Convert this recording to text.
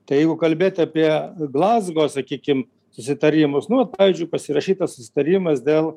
tai jeigu kalbėt apie glazgo sakykim susitarimus nu pavyzdžiui pasirašytas susitarimas dėl